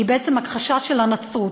היא בעצם הכחשה של הנצרות.